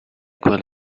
could